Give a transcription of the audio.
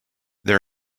there